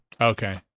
Okay